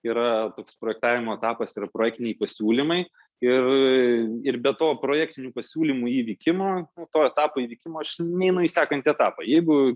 yra toks projektavimo etapas ir projektiniai pasiūlymai ir ir be to projektinių pasiūlymų įvykimo to etapo įvykimo aš neinu į sekantį etapą jeigu